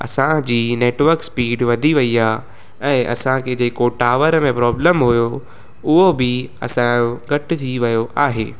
असांजी network speed वधी वई आहे ऐं असांखे जेको टावर में प्रॉब्लम हुयो उहो बि असांजो घटि थी वियो आहे